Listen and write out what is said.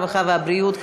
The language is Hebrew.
הרווחה והבריאות,